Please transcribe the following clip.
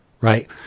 right